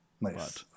Nice